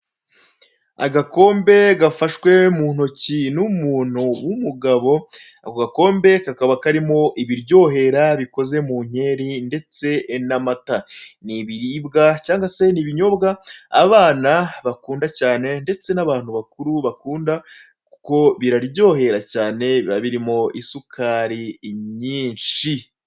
Agakombe gafashwe mu ntoki n'umuntu w'umugabo. Ako gakombe kakaba harimo ibiryohere bikoze mu nkeri ndetse n'amata. Ni ibiribwa cyangwa se ni ibinyobwa abana bakunda cyane, ndetse n'abantu bakuru bakunda, kuko biraryohera cyane; biba birimo isukari nyinshi.